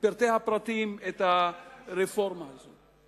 לפרטי הפרטים את הרפורמה הזאת.